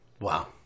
Wow